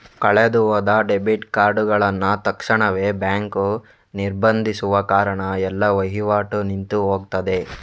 ಕಳೆದು ಹೋದ ಡೆಬಿಟ್ ಕಾರ್ಡುಗಳನ್ನ ತಕ್ಷಣವೇ ಬ್ಯಾಂಕು ನಿರ್ಬಂಧಿಸುವ ಕಾರಣ ಎಲ್ಲ ವೈವಾಟು ನಿಂತು ಹೋಗ್ತದೆ